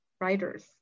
writers